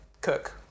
cook